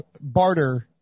barter